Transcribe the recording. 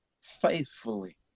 faithfully